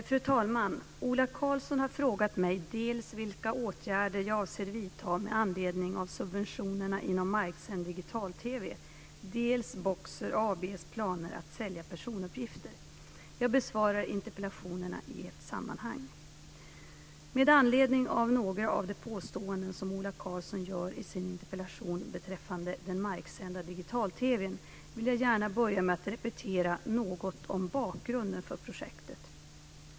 Fru talman! Ola Karlsson har frågat mig vilka åtgärder jag avser vidta dels med anledning av subventionerna inom marksänd digital-TV, dels Boxer AB:s planer att sälja personuppgifter. Jag besvarar interpellationerna i ett sammanhang. Med anledning av några av de påståenden som Ola Karlsson gör i sin interpellation beträffande den marksända digital-TV:n vill jag gärna börja med att repetera något om bakgrunden för projektet.